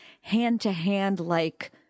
hand-to-hand-like